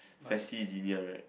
faci Xenia right